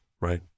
Right